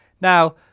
now